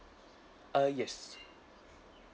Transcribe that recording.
uh yes